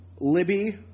Libby